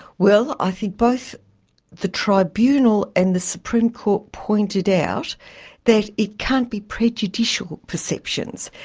well, i think both the tribunal and the supreme court pointed out that it can't be prejudicial perceptions.